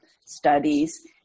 studies